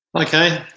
Okay